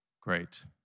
Great